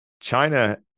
China